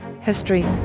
history